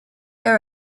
there